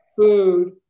food